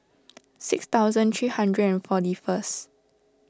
six thousand three hundred and forty first